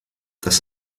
das